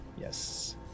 Yes